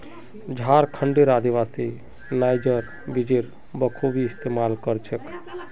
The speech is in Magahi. झारखंडेर आदिवासी नाइजर बीजेर बखूबी इस्तमाल कर छेक